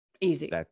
easy